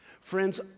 Friends